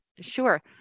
Sure